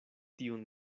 tiun